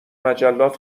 مجلات